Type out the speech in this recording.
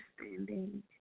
understanding